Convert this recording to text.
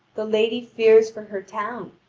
the lady fears for her town,